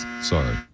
Sorry